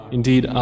Indeed